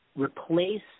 replace